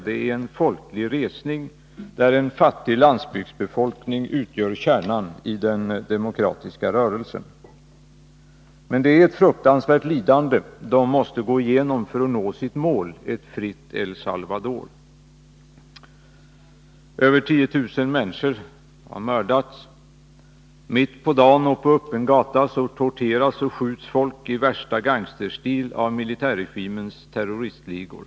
Det är en folklig resning, där en fattig landsbygdsbefolkning utgör kärnan i den demokratiska rörelsen. Men det är ett fruktansvärt lidande de måste gå igenom för att nå sitt mål, ett fritt El Salvador. Över 10 000 människor har mördats. Mitt på dagen och på öppen gata torteras och skjuts folk i värsta gangsterstil av militärregimens terroristligor.